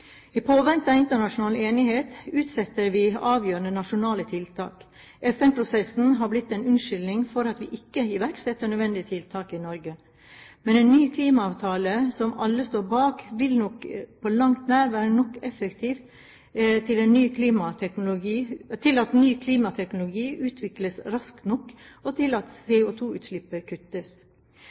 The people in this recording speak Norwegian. internasjonal enighet utsetter vi avgjørende nasjonale tiltak. FN-prosessen har blitt en unnskyldning for ikke å iverksette nødvendige tiltak i Norge. Men en ny klimaavtale som alle står bak, vil nok på langt nær være effektiv nok til at ny klimateknologi utvikles raskt nok og til at CO2-utslippet kuttes. Regjeringen har utsatt klimameldingen i over ett år og